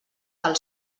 del